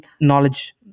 knowledge